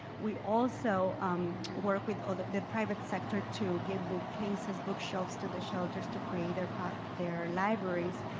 we also worked with other the private sector to give book cases, book shelves to the shelters to create their but their libraries.